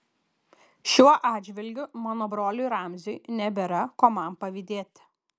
šiuo atžvilgiu mano broliui ramziui nebėra ko man pavydėti